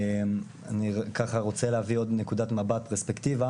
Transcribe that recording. אני רוצה להביא עוד נקודת מבט, פרספקטיבה.